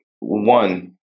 one